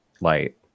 light